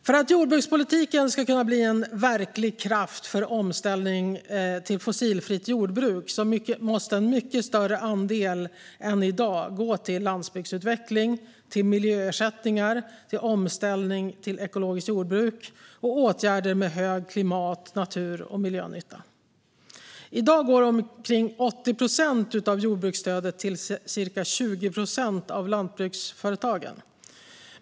För att jordbrukspolitiken ska kunna bli en verklig kraft för omställning till fossilfritt jordbruk måste en mycket större andel än i dag gå till landsbygdsutveckling, miljöersättningar, omställning till ekologiskt jordbruk och åtgärder med hög klimat, natur och miljönytta. I dag går omkring 80 procent av jordbruksstödet till ca 20 procent av lantbruksföretagen.